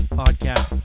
podcast